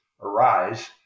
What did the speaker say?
arise